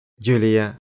Julia